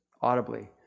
audibly